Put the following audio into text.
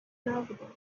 نبودم